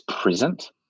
present